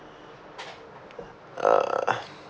uh